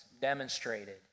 demonstrated